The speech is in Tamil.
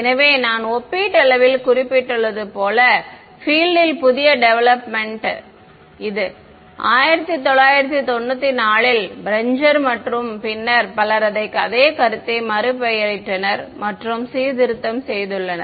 எனவே நான் ஒப்பீட்டளவில் குறிப்பிடப்பட்டுள்ளது போல பிஎல்ட் ல் புதிய டேவேலெப்மென்ட் இது 1994 இல் பெரெஞ்சர் மற்றும் பின்னர் பலர் அதே கருத்தை மறுபெயரிட்டனர் மற்றும் சீர்திருத்தம் செய்துள்ளனர்